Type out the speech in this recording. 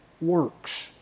works